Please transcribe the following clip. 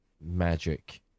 Magic